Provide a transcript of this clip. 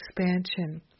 expansion